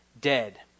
dead